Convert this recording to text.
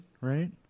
right